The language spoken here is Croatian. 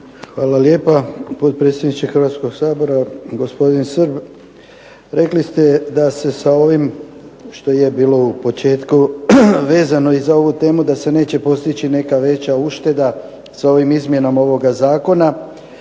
Hvala lijepa, potpredsjedniče Hrvatskoga sabora. Gospodin Srb, rekli ste da se sa ovim što je bilo u početku vezano i za ovu temu da se neće postići neka veća ušteda sa ovim izmjenama ovoga zakona,